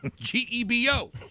G-E-B-O